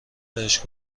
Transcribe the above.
بهش